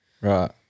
Right